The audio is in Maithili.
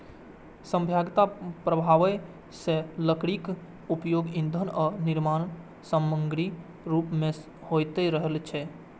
सभ्यताक प्रारंभे सं लकड़ीक उपयोग ईंधन आ निर्माण समाग्रीक रूप मे होइत रहल छै